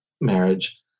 marriage